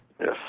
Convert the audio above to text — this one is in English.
Yes